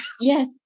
Yes